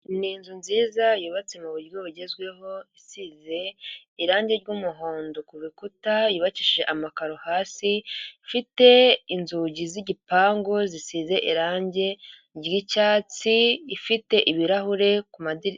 Ni inzu nziza yubatse mu buryo bugezweho isize irange ry'umuhondo ku bikuta, yubakishije amakaro hasi, ifite inzugi z'igipangu zisize irangi ry'icyatsi, ifite ibirahure ku madirishya.